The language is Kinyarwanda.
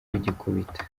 rugikubita